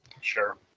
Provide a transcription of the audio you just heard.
Sure